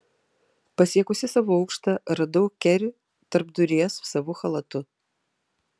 pasiekusi savo aukštą radau kerį tarpduryje su savu chalatu